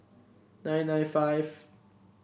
nine nine five